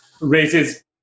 raises